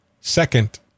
second